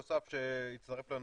צריך להבין מה זה אומר,